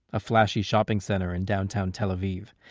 a flashy shopping center in downtown tel aviv.